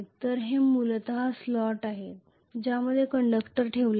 तर हे मूलत स्लॉट आहे ज्यामध्ये कंडक्टर ठेवले आहेत